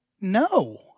no